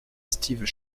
steve